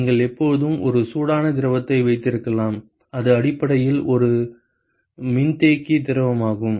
நீங்கள் எப்போதும் ஒரு சூடான திரவத்தை வைத்திருக்கலாம் அது அடிப்படையில் ஒரு மின்தேக்கி திரவமாகும்